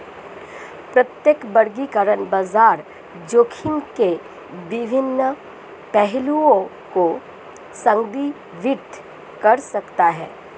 प्रत्येक वर्गीकरण बाजार जोखिम के विभिन्न पहलुओं को संदर्भित कर सकता है